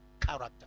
character